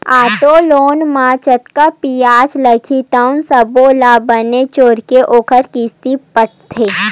auto loan म जतका बियाज लागही तउन सब्बो ल बने जोरके ओखर किस्ती बाटथे